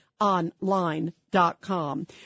online.com